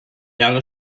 jahre